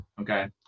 okay